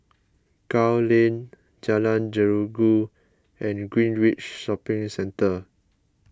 Gul Lane Jalan Jeruju and Greenridge Shopping Centre